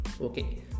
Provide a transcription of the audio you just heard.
Okay